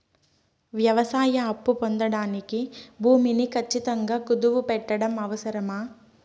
వ్యవసాయ అప్పు పొందడానికి భూమిని ఖచ్చితంగా కుదువు పెట్టడం అవసరమా?